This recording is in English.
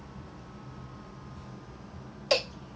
wait are you friends with everyone in the committee